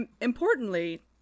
importantly